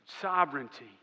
sovereignty